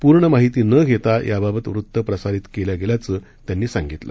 पूर्ण माहिती न घेता याबाबत वृत्त प्रसारीत केल्या गेल्याचं त्यांनी सांगितलं